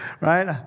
right